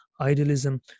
idealism